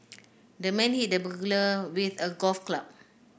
the man hit the burglar with a golf club